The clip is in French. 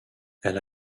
elle